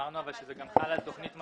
אמרנו שזה חל על תכנית משביחה.